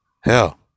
hell